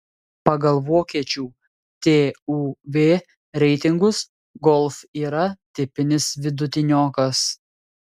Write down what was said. pagal vokiečių tuv reitingus golf yra tipinis vidutiniokas